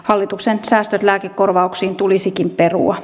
hallituksen säästöt lääkekorvauksiin tulisikin perua